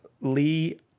Lee